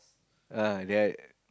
err they're